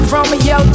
Romeo